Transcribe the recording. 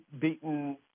beaten